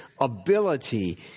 ability